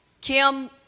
Kim